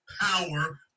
power